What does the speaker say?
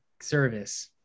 service